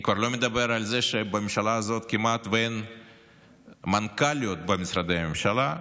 אני כבר לא מדבר על זה שבממשלה הזאת כמעט אין מנכ"ליות במשרדי הממשלה,